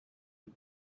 end